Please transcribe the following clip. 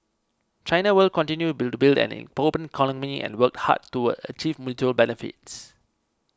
China will continue to build an open economy and work hard to achieve mutual benefits